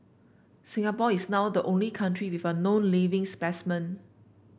Singapore is now the only country with a known living specimen